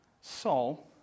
Saul